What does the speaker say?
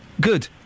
Good